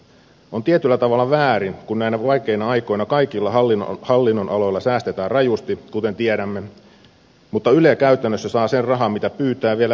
on tietyllä tavalla väärin kun näinä vaikeina aikoina kaikilla hallinnonaloilla säästetään rajusti kuten tiedämme mutta yle käytännössä saa sen rahan mitä pyytää ja vielä vähän päälle